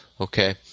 Okay